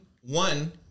one